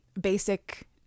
basic